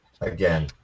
again